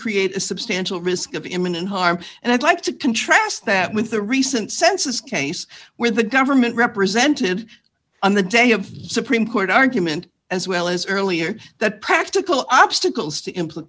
create a substantial risk of imminent harm and i'd like to contrast that with the recent census case where the government represented on the day of supreme court argument as well as earlier that practical obstacles to in